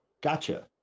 gotcha